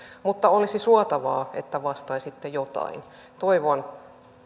mutta olisi suotavaa että vastaisitte jotain toivon